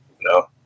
No